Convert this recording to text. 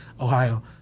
Ohio